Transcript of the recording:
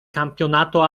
campionato